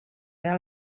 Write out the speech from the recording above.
era